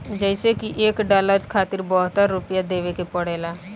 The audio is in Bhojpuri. जइसे की एक डालर खातिर बहत्तर रूपया देवे के पड़ेला